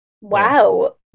wow